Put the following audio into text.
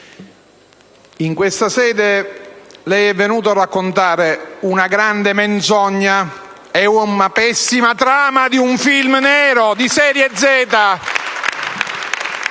in questa sede lei è venuto a raccontare una grande menzogna e la pessima trama di un film nero di serie